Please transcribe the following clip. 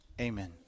amen